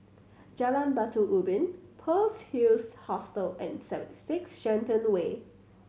Jalan Batu Ubin Pearl's Hill's Hostel and seven six Shenton Way